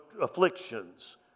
afflictions